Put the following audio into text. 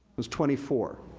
was twenty four.